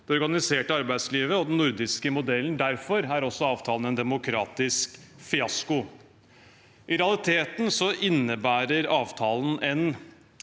møte 23. april 2024) og den nordiske modellen. Derfor er også avtalen en demokratisk fiasko. I realiteten innebærer avtalen en